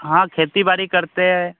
हाँ खेती बारी करते है